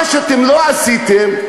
מה אתם לא עשיתם,